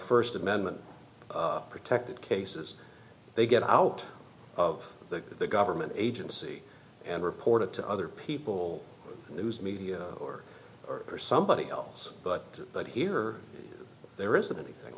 first amendment protected cases they get out of the government agency and report it to other people news media or or somebody else but but here there isn't anything